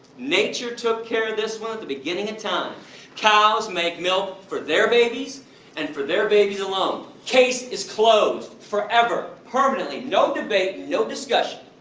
nature took care of this one at the beginning of time cows make milk for their babies and for their babies alone. case is closed! forever! permanently! no debate. no discussion.